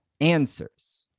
answers